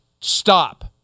stop